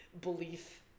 belief